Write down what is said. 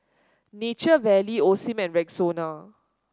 Nature Valley Osim and Rexona